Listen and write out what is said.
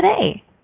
today